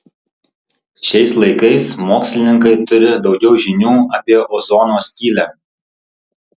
šiais laikais mokslininkai turi daugiau žinių apie ozono skylę